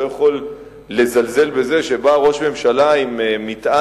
לא יכול לזלזל בזה שבא ראש ממשלה עם מטען